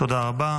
תודה רבה.